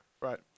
right